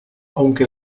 aunque